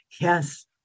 Yes